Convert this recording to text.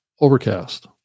overcast